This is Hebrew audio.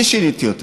אני שיניתי אותה.